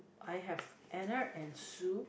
I have Anna and Sue